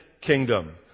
kingdom